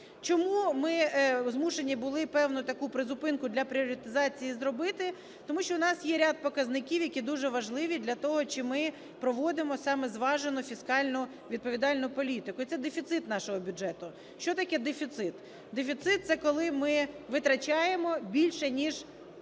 Чому ми змушені були певну таку зупинку для пріоритезації зробити? Тому що у нас є ряд показників, які дуже важливі для того, чи ми проводимо саме зважену фіскальну відповідальну політику. І це дефіцит нашого бюджету. Що таке дефіцит? Дефіцит – це коли ми витрачаємо більше, ніж